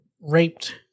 raped